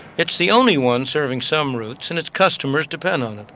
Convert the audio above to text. it's the only one serving some routes and its customers depend on it.